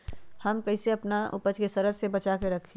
हम कईसे अपना उपज के सरद से बचा के रखी?